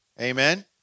Amen